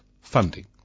funding